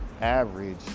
average